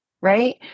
right